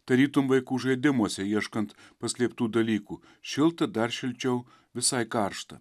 tarytum vaikų žaidimuose ieškant paslėptų dalykų šilta dar šilčiau visai karšta